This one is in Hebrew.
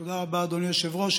תודה רבה, אדוני היושב-ראש.